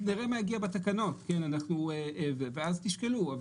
נראה מה יגיע בתקנות ואז תשקלו.